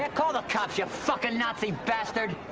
and call the cops, your fucking nazi bastard.